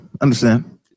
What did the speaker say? understand